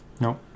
No